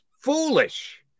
foolish